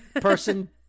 Person